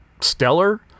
stellar